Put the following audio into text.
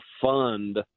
fund